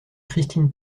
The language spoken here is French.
christine